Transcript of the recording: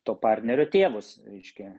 to partnerių tėvus reiškia